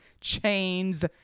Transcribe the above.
chains